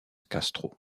castro